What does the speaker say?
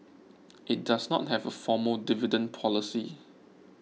it does not have a formal dividend policy